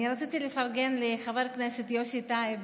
אני רציתי לפרגן לחבר הכנסת יוסי טייב,